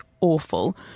awful